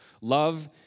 Love